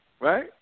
right